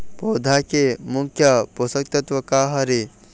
पौधा के मुख्य पोषकतत्व का हर हे?